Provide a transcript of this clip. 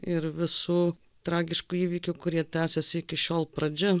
ir visų tragiškų įvykių kurie tęsiasi iki šiol pradžia